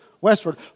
westward